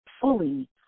fully